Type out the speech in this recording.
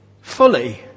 fully